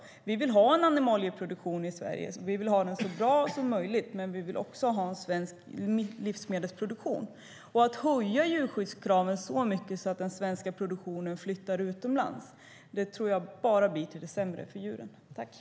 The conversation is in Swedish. Vi vill ha animalieproduktion i Sverige, och vi vill att den ska vara så bra som möjligt, men vi vill också ha svensk livsmedelsproduktion. Att höja djurskyddskraven så mycket att den svenska produktionen flyttar utomlands tror jag bara blir till det sämre vad gäller djuren.